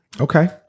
Okay